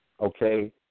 okay